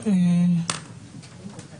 קודם כל להגיד תודה רבה, גם כמובן לחברת